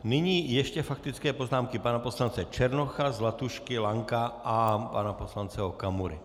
Nyní ještě faktické poznámky pana poslance Černocha, Zlatušky, Lanka a pana poslance Okamury.